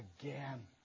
again